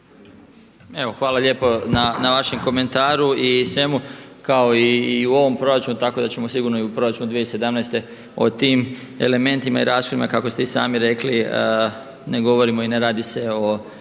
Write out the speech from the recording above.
hvala lijepo na vašem komentaru i svemu kao i u ovom proračunu, tako da ćemo sigurno i u proračunu 2017. o tim elementima i rashodima kako ste i sami rekli ne govorimo i ne radi se o